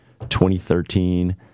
2013